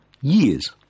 years